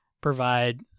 provide